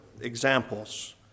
examples